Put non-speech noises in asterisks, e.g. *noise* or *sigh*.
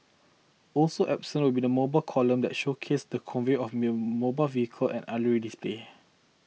also absent will be the mobile column that showcase the convoy of *unintelligible* vehicle and aerial display